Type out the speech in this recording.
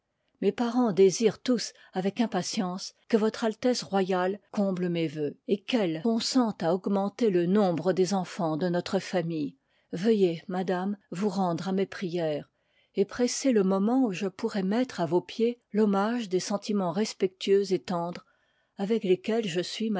mes parens désirent tous avec impatience que votre altesse royale comble mes vœux